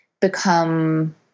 become